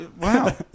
Wow